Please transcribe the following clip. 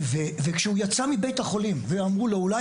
כשהוא יצא בבית החולים שאלו אותו: ״אולי